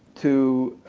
to